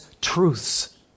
truths